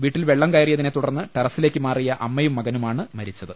വീട്ടിൽ വെള്ളം കയറിയതിനെത്തുടർന്ന് ടെറസ്സിലേക്ക് മാറിയ അമ്മയും മകനുമാണ് മരിച്ചത്